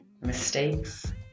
mistakes